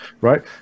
right